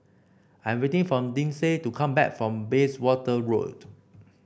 I'm waiting for Lindsay to come back from Bayswater Road